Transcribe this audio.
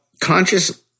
conscious